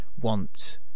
want